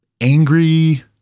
angry